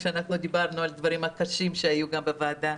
כשגם דיברנו על הדברים הקשים שהיו בוועדה.